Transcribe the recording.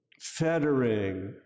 fettering